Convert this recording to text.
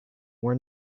were